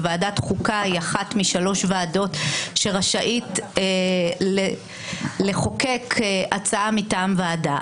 וועדת החוקה היא אחת משלוש ועדות שרשאית לחוקק הצעה מטעם ועדה.